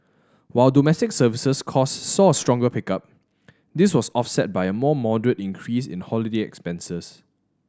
while domestic services cost saw a stronger pickup this was offset by a more moderate increase in holiday expenses